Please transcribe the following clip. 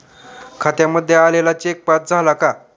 खात्यामध्ये आलेला cheque pass झाला का?